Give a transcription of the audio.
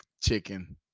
Chicken